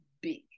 big